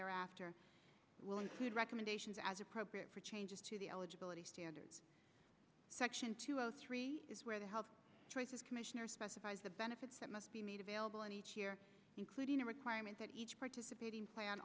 thereafter will include recommendations as appropriate for changes to the eligibility standards section two zero three is where the health choices commissioner specifies the benefits that must be made available in each year including the requirement that each participating plan o